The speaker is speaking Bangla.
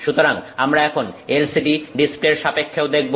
সুতরাং আমরা এখন LCD ডিসপ্লের সাপেক্ষেও দেখব